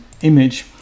image